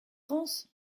france